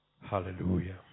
Hallelujah